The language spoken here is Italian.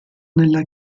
nella